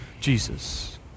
Jesus